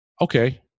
Okay